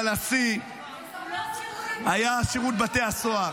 אבל השיא היה שירות בתי הסוהר.